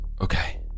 Okay